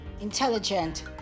intelligent